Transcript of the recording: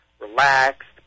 relaxed